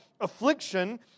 affliction